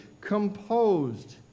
composed